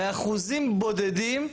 באחוזים בודדים,